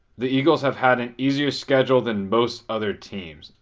the eagles have had an easier schedule than most other teams.